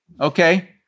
okay